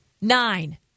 nine